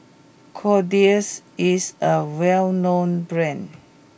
Kordel's is a well known brand